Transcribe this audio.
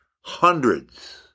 hundreds